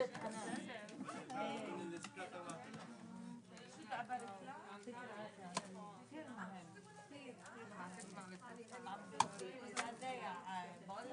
ננעלה בשעה 10:35.